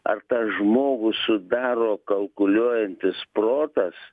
ar tą žmogų sudaro kalkuliuojantis protas